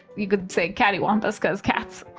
you could say catty wampus cause cats.